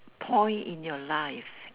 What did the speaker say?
point in your life